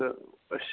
تہٕ أسۍ